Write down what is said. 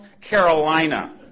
Carolina